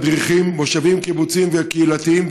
מדריכים במושבים קיבוציים וקהילתיים,